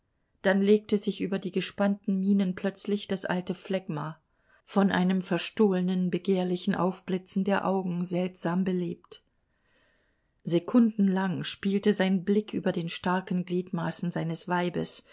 dann legte sich über die gespannten mienen plötzlich das alte phlegma von einem verstohlnen begehrlichen aufblitzen der augen seltsam belebt sekundenlang spielte sein blick über den starken gliedmaßen seines weibes